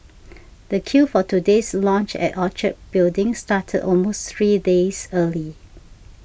the queue for today's launch at Orchard Building started almost three days early